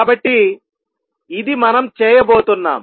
కాబట్టి ఇది మనం చేయబోతున్నాం